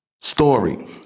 story